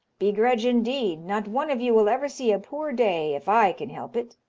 begrudge, indeed! not one of you will ever see a poor day if i can help it.